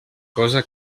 cosa